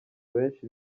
benshi